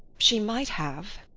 she might have,